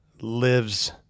lives